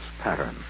pattern